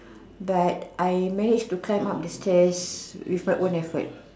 but I managed to climb up the stairs with my own effort